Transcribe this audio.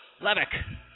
Levick